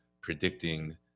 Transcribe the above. predicting